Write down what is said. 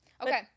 Okay